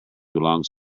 belongs